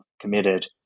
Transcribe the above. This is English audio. committed